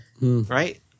right